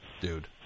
dude